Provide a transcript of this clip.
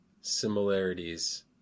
similarities